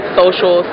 social